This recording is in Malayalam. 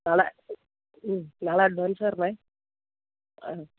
നാളെ മ്മ് നാളെ അഡ്വാൻസ് തരണേ ആ